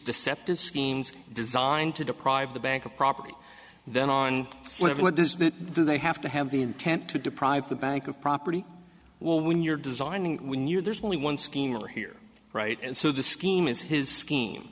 deceptive schemes designed to deprive the bank of property then on what does that do they have to have the intent to deprive the bank of property well when you're designing a new there's only one schemer here right and so the scheme is his scheme